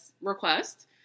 request